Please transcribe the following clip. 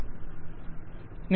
client